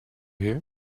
here